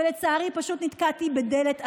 ולצערי פשוט נתקלתי בדלת אטומה.